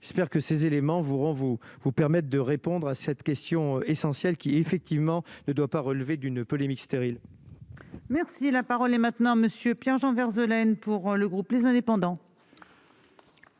j'espère que ces éléments vous rend vous vous permettent de répondre à cette question essentielle, qui effectivement ne doit pas relever d'une polémique stérile. Merci, la parole est maintenant Monsieur Pierre-Jean Vergnes ELN pour le groupe, les indépendants.